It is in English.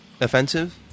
offensive